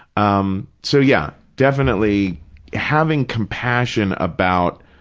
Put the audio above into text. um so, yeah, definitely having compassion about,